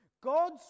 God's